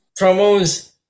promos